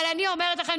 אבל אני אומרת לכם,